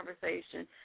conversation